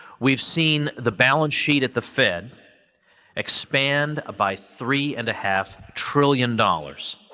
we've seen the balance sheet at the fed expand by three and a half trillion dollars.